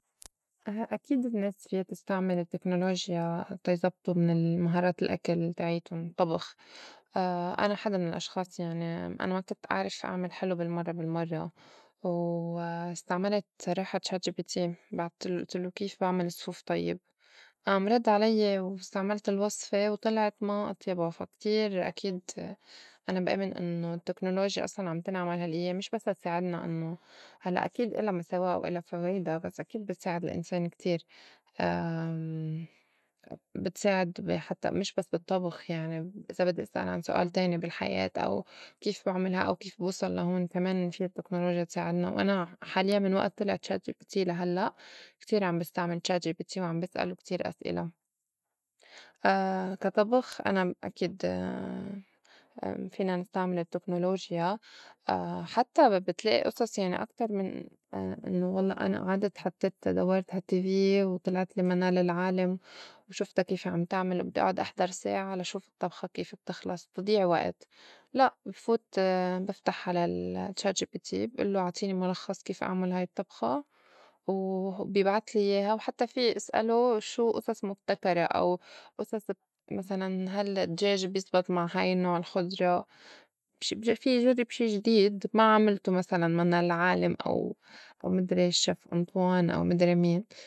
أكيد النّاس فيا تستعمل التّكنولوجيا تا يزبطو من المهارات الأكل تاعيتُن الطّبخ، أنا حدا من الأشخاص يعني أنا ما كنت أعرف أعمل حلو بالمرّة بالمرّة و استعملت صراحة chatGPT بعتّلو إلتلّو كيف بعمل صفوف طيّب؟ آم رد علي واستعملت الوصفة وطلعت ما أطيبا فا كتير أكيد أنا بآمن إنّو التكنولوجيا أصلاً عم تنعمل على هالإيام مش بس لتساعدنا إنّو هلّأ أكيد إلا مساوئا وإلا فوايدا بس أكيد بتساعد الإنسان كتير بتساعد بي حتّى مش بس بالطّبخ يعني إذا بدّي أسأل عن سؤال تاني بالحياة أو كيف بعمل ها أو كيف بوصل لهون كمان في التّكنولوجيا تساعدنا وأنا حاليّاً من وئت طلع chatGPT لهلّأ كتير عم بستعمل chatGPT وعم بسألو كتير أسألة. كا طبخ أنا أكيد فينا نستعمل التكنولوجيا حتّى بتلائي أصص يعني أكتر من إنّو أنا والله أعدت حطّيت دوّرت هال tv وطلعتلي منال العالِم وشُفتا كيف عم تعمل بدّي آعُد أحضر ساعة لشوف الطّبخة كيف بتخلص تضيع وئت، لأ بفوت بفتح على ال chatGP بئلّو أعطيني مُلخّص كيف أعمل هاي الطّبخة و بيبعتلي ياها، وحتّى في إسئلو شو أصص مُبتكرة أو أصص مسلاً هل الدّجاج بيزبط مع هاي النّوع الخضرا بش- في جرّب شي جديد ما عملتو مسلاً منال العالِم أو مدري الشّيف أنطوان أو مدري مين.